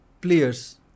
players